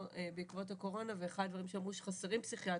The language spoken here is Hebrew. בעקבות הקורונה ואחד הדברים שאמרו זה שחסרים פסיכיאטרים,